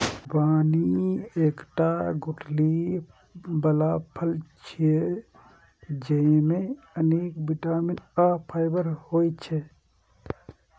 खुबानी एकटा गुठली बला फल छियै, जेइमे अनेक बिटामिन आ फाइबर होइ छै